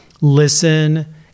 listen